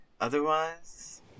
otherwise